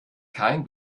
kein